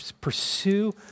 pursue